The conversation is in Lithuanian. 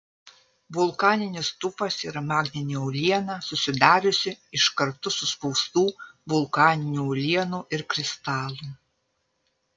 vulkaninis tufas yra magminė uoliena susidariusi iš kartu suspaustų vulkaninių uolienų ir kristalų